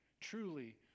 truly